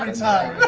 and time.